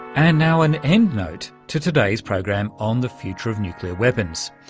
and now an endnote to today's program on the future of nuclear weapons.